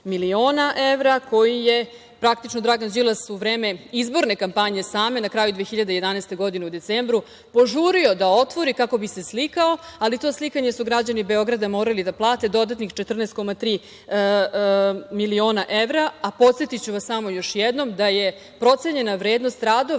koji je praktično Dragan Đilas u vreme izborne kampanje same, na kraju 2011. godine u decembru požurio da otvori kako bi se slikao, ali to slikanje su građani Beograda morali da plate dodatnih 14,3 miliona evra. Podsetiću vas samo još jednom da je procenjena vrednost radova